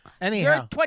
Anyhow